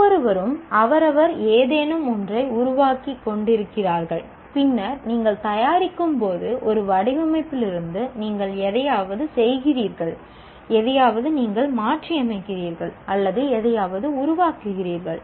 ஒவ்வொருவரும் அவரவர் ஏதேனும் ஒன்றை உருவாக்கிக்கொண்டிருக்கிறார்கள் பின்னர் நீங்கள் தயாரிக்கும் போது ஒரு வடிவமைப்பிலிருந்து நீங்கள் எதையாவது செய்கிறீர்கள் எதையாவது நீங்கள் மாற்றியமைக்கிறீர்கள் அல்லது எதையாவது உருவாக்குகிறீர்கள்